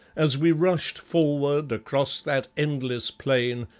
as we rushed forward across that endless plain,